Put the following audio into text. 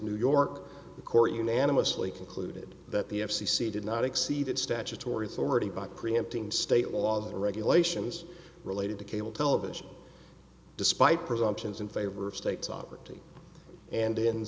new york the court unanimously concluded that the f c c did not exceed its statutory authority by preempting state laws and regulations related to cable television despite presumptions in favor of state sovereignty and in